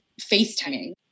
FaceTiming